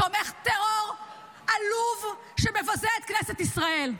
תומך טרור עלוב שמבזה את כנסת ישראל,